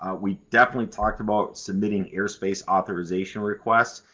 ah we definitely talked about submitting airspace authorization requests,